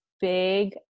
big